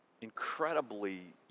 incredibly